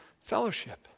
Fellowship